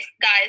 guys